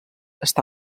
està